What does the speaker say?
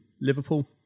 Liverpool